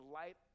light